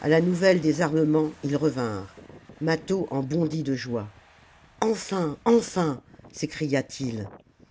a la nouvelle des armements ils revinrent mâtho en bondit de joie enfin enfin